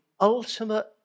ultimate